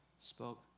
spoke